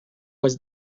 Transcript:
was